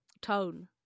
tone